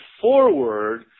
forward